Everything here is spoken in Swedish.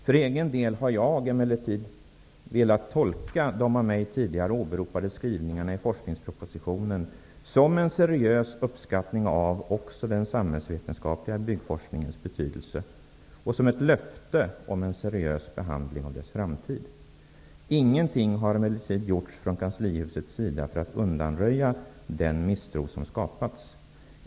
För egen del har jag emellertid velat tolka de av mig tidigare åberopade skrivningarna i forskningspropositionen som en seriös uppskattning också av den samhällsvetenskapliga byggforskningens betydelse och som ett löfte om en seriös behandling av dess framtid. Ingenting har emellertid gjorts från kanslihusets sida för att undanröja den misstro som har skapats.